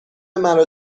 مرا